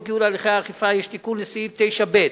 ייעול הליכי האכיפה יש תיקון לסעיף 9(ב)